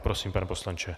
Prosím, pane poslanče.